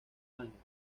ángeles